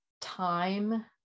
time